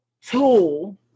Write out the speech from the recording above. Tool